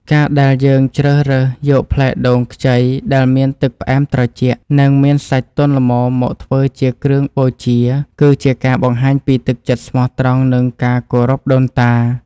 ការដែលយើងជ្រើសរើសយកផ្លែដូងខ្ចីដែលមានទឹកផ្អែមត្រជាក់ និងមានសាច់ទន់ល្មមមកធ្វើជាគ្រឿងបូជា គឺជាការបង្ហាញពីចិត្តស្មោះត្រង់ និងការគោរពដូនតា។